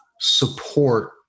support